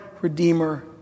redeemer